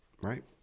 Right